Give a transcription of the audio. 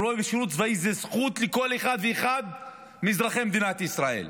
השירות הצבאי הוא זכות לכל אחד ואחד מאזרחי מדינת ישראל,